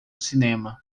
cinema